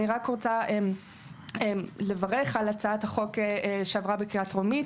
אני רוצה לברך על הצעת החוק שעברה בקריאה הטרומית